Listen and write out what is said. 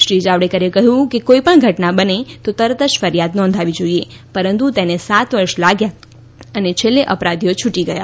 શ્રી જાવડેકરે કહ્યું કે કોઈપણ ધટના બને તો તરત જ ફરીયાદ નોંધાવી જોઈએ પરંતુ તેને સાત વર્ષ લાગ્યાં અને છેલ્લે અપરાધીઓ છૂટી ગયા